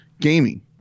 gaming